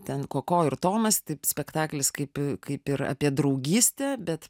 ten koko ir tomas taip spektaklis kaip kaip ir apie draugystę bet